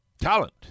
Talent